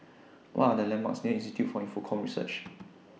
What Are The landmarks near Institute For Infocomm Research